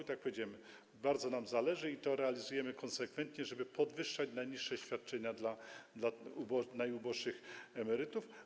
Tak jak powiedziałem, bardzo nam na tym zależy, i realizujemy to konsekwentnie, żeby podwyższać najniższe świadczenia dla najuboższych emerytów.